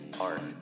art